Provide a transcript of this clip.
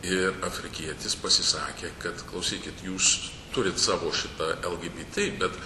ir afrikietis pasisakė kad klausykit jūs turit savo šitą lgbt bet